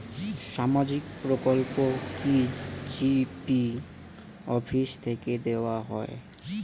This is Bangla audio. সামাজিক প্রকল্প কি জি.পি অফিস থেকে দেওয়া হয়?